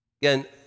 Again